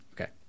Okay